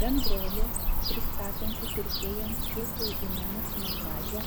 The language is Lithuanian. bendrovė pristatanti pirkėjams tiesiai į namus negražią